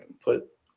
Put